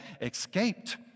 escaped